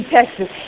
Texas